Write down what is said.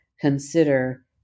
consider